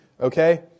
Okay